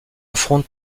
affronte